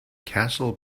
castle